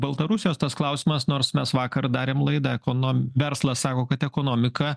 baltarusijos tas klausimas nors mes vakar darėm laidą ekonom verslas sako kad ekonomiką